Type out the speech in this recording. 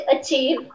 achieve